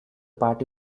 party